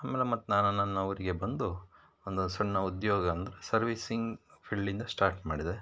ಆಮೇಲೆ ಮತ್ತು ನಾನು ನನ್ನ ಊರಿಗೆ ಬಂದು ಒಂದು ಸಣ್ಣ ಉದ್ಯೋಗ ಅಂದರೆ ಸರ್ವೀಸಿಂಗ್ ಫೀಲ್ಡಿಂದ ಸ್ಟಾರ್ಟ್ ಮಾಡಿದೆ